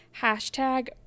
Hashtag